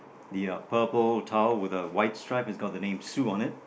the uh purple towel with the white stripe with the name sue on it